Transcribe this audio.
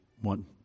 one